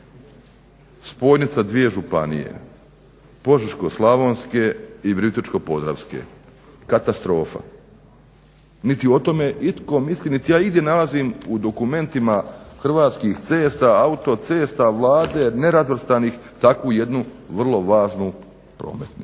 Spojnica dvije županije Požeško-slavonske i Virovitičko-podravske. Katastrofa, niti je o tome itko misli niti je igdje nalazim u dokumentima Hrvatskih cesta, autocesta, Vlade nerazvrstanih takvu jednu vrlo važnu prometnicu.